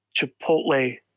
chipotle